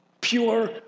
pure